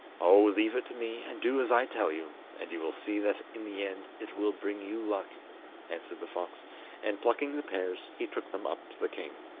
oh, leave it to me, and do as i tell you, and you will see that in the end it will bring you luck answered the fox and plucking the pears he took them up to the king.